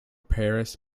paris